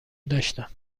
داشتم